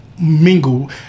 mingle